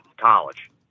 college